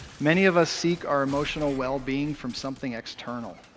many of us seek our emotional well-being from something external.